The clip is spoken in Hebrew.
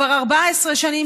כבר 14 שנים,